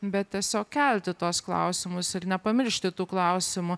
bet tiesiog kelti tuos klausimus ir nepamiršti tų klausimų